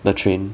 the train